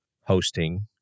hosting